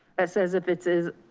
ah says if it's is,